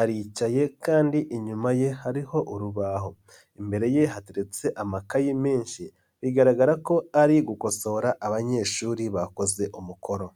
aricaye kandi inyuma ye hariho urubaho, imbere ye hateretse amakayi menshi bigaragara ko ari gukosora abanyeshuri bakoze umukoro.